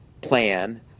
plan